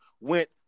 went